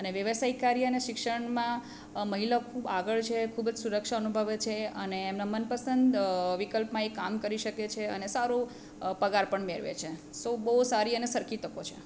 અને વ્યવસાયિક કાર્ય અને શિક્ષણમાં મહિલા ખૂબ આગળ છે ખૂબ જ સુરક્ષા અનુભવે છે અને એમના મનપસંદ વિકલ્પમાં એ કામ કરી શકે છે અને સારો પગાર પણ મેળવે છે સો બહું સારી અને સરખી તકો છે